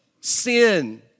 sin